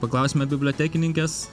paklausime bibliotekininkės